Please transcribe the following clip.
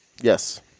Yes